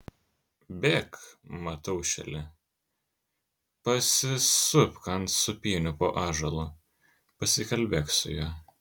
bėk mataušėli pasisupk ant sūpynių po ąžuolu pasikalbėk su juo